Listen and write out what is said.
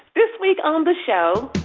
this week on the show,